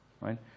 right